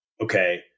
okay